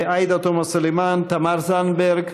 עאידה תומא סלימאן, תמר זנדברג,